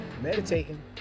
meditating